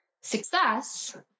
success